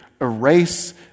erase